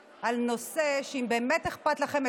הנושא הזה לא רק מעסיק צעירים,